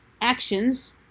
actions